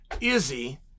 Izzy